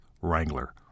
Wrangler